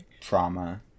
trauma